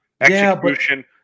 execution